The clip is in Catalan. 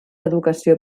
educació